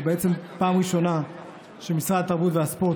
זו בעצם פעם ראשונה שמשרד התרבות והספורט